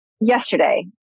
yesterday